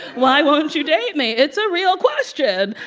why won't you date me? it's a real question.